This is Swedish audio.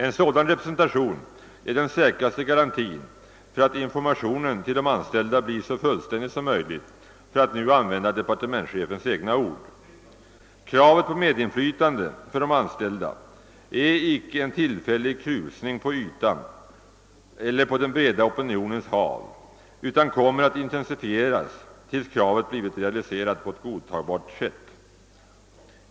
En sådan representation är den säkraste garantin för att informationen till de anställda blir så fullständig som möjligt — för att nu använda departementschefens egna ord. Kravet på medinflytande för de anställda är inte en tillfällig krusning på ytan eller på den breda opinionens hav utan kommer att intensifieras till dess kravet blivit realiserat på ett godtagbart sätt.